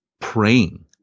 praying